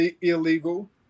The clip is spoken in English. illegal